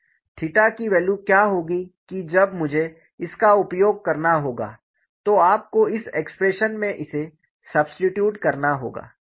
theta की value क्या होगी कि जब मुझे इसका उपयोग करना होगा तो आपको इस एक्सप्रेशन में इसे सबस्टिट्यूट करना होगा